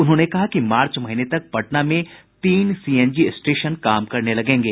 उन्होंने कहा कि मार्च महीने तक पटना में तीन सीएनजी स्टेशन काम करने लगेंगे